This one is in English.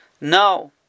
No